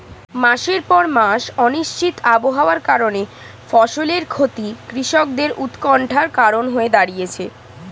মাসের পর মাস অনিশ্চিত আবহাওয়ার কারণে ফসলের ক্ষতি কৃষকদের উৎকন্ঠার কারণ হয়ে দাঁড়িয়েছে